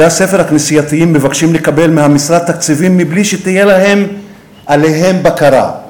בתי-הספר הכנסייתיים מבקשים לקבל מהמשרד תקציבים בלי שתהיה עליהם בקרה.